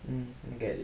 okay